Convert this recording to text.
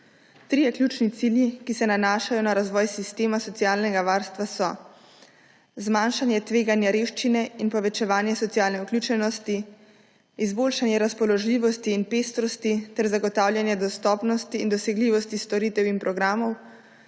Trije ključni cilji, ki se nanašajo na razvoj sistema socialnega varstva, so: zmanjšanje tveganja revščine in povečevanje socialne vključenosti, izboljšanje razpoložljivosti in pestrosti ter zagotavljanje dostopnosti in dosegljivosti storitev in programov,